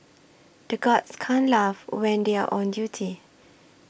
the guards can't laugh when they are on duty